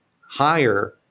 higher